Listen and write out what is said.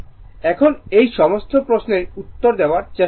এখন এই সমস্ত প্রশ্নের উত্তর দেওয়ার চেষ্টা করুন